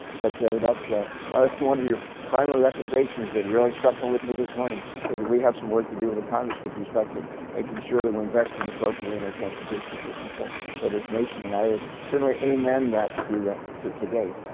but that's ah like one of your primary recommendations that really struck home with me this morning is that we have some work to do in the congress with respect to making sure that we're investing appropriately in our transportation system for for this nation, and i would certainly amen that to to today.